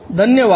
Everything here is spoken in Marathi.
धन्यवाद